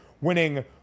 winning